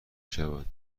شود